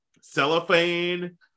cellophane